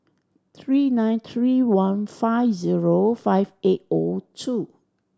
three nine three one five zero five eight O two